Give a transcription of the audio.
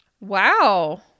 Wow